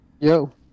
Yo